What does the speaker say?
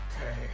Okay